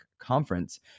Conference